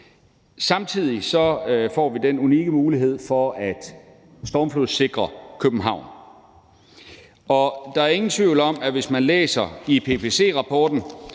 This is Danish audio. Samtidig får vi en unik mulighed for at stormflodssikre København, og der er ingen tvivl om, at hvis man læser IPCC-rapporten,